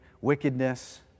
wickedness